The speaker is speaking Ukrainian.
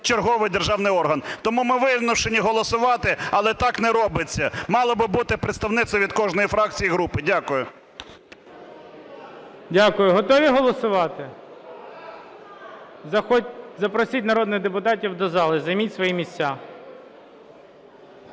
черговий державний орган. Тому ми вимушені голосувати. Але так не робиться, мало би бути представник від кожної фракції, групи. Дякую. ГОЛОВУЮЧИЙ. Дякую. Готові голосувати? Запросіть народних депутатів до зали, займіть свої місця.